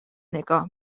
نگاه